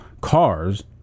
cars